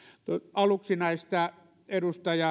aluksi näistä edustaja